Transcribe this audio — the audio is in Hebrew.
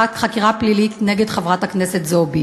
בחקירה פלילית נגד חברת הכנסת זועבי.